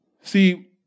See